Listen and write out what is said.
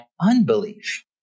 unbelief